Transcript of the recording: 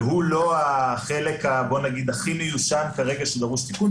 הוא לא החלק הכי מיושן כרגע שדרוש תיקון,